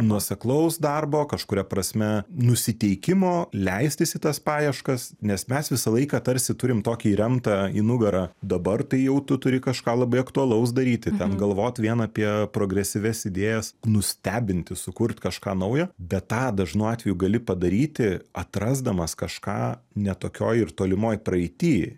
nuoseklaus darbo kažkuria prasme nusiteikimo leistis į tas paieškas nes mes visą laiką tarsi turim tokį remtą į nugarą dabar tai jau tu turi kažką labai aktualaus daryti ten galvot vien apie progresyvias idėjas nustebinti sukurt kažką naujo bet tą dažnu atveju gali padaryti atrasdamas kažką ne tokioj ir tolimoj praeity